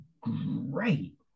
great